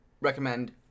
recommend